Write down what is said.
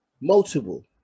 multiple